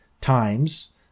times